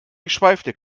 geschweifte